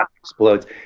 explodes